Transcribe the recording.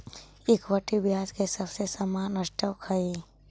equity ब्याज के सबसे सामान्य स्टॉक हई